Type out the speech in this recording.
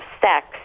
sex